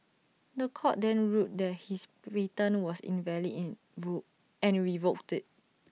The Court then ruled that his patent was invalid in and revoked IT